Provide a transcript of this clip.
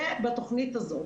ובתוכנית הזו.